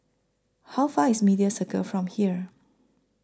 How Far away IS Media Circle from here